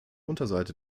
unterseite